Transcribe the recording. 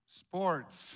sports